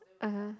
(uh huh)